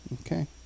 Okay